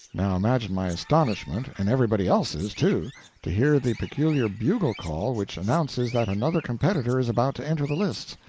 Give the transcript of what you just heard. now imagine my astonishment and everybody else's, too to hear the peculiar bugle-call which announces that another competitor is about to enter the lists!